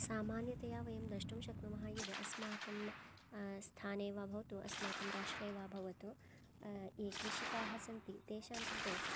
सामान्यतया वयं द्रष्टुं शक्नुमः यदस्माकं स्थाने वा भवतु अस्माकं राष्ट्रे वा भवतु ये कृषिकाः सन्ति तेषां कृते